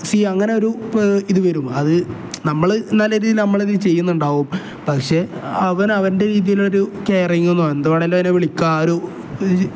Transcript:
see അങ്ങനൊരു ഇത് വരും അത് നമ്മൾ നല്ല രീതിയിൽ നമ്മൾ അതിൽ ചെയ്യുന്നുണ്ടാകും പക്ഷേ അവൻ അവൻ്റെ രീതിയിലൊരു കയറിങ് എന്നോ എന്ത് വേണേലും അവനെ വിളിക്കാൻ ഒരു